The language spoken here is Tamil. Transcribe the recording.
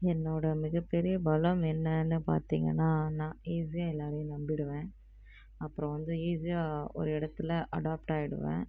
என்னோடய மிகப் பெரிய பலம் என்னென்னு பார்த்தீங்கன்னா நான் ஈஸியாக எல்லோரையும் நம்பிடுவேன் அப்புறம் வந்து ஈஸியாக ஒரு இடத்துல அடாப்ட் ஆகிடுவேன்